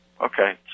Okay